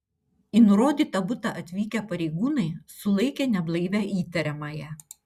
į nurodytą butą atvykę pareigūnai sulaikė neblaivią įtariamąją